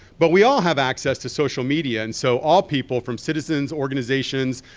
but we all have access to social media and so all people from citizens, organizations,